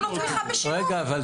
תנו לו תמיכה בשילוב.